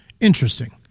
interesting